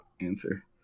answer